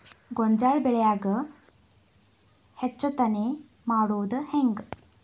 ಗೋಂಜಾಳ ಬೆಳ್ಯಾಗ ಹೆಚ್ಚತೆನೆ ಮಾಡುದ ಹೆಂಗ್?